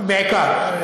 בעיקר.